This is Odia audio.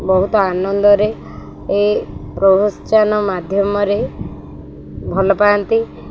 ବହୁତ ଆନନ୍ଦରେ ଏ ପ୍ରହସନ ମାଧ୍ୟମରେ ଭଲ ପାଆନ୍ତି